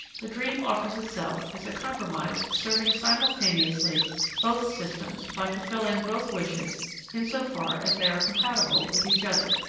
the dream offers itself as a compromise serving simultaneously both systems by fulfilling both wishes in so far as they are compatible with each other.